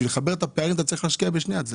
ובשביל לצמצם את הפערים אתה צריך להשקיע בשני הצדדים.